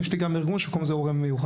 יש לי גם ארגון שקוראים לו "הורה מיוחד".